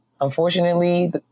Unfortunately